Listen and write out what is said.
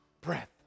breath